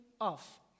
off